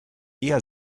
eher